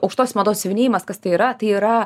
aukštosios mados siuvinėjimas kas tai yra tai yra